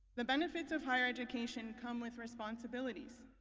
the benefits of higher education come with responsibilities.